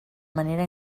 manera